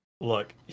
Look